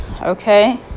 Okay